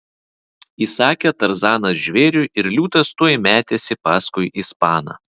įsakė tarzanas žvėriui ir liūtas tuoj metėsi paskui ispaną